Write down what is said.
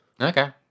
Okay